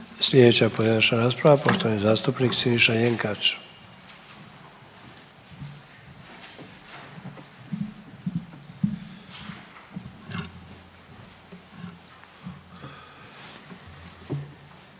Sljedeća pojedinačna rasprava poštovani zastupnik Siniša Jenkač.